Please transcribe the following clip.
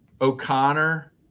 O'Connor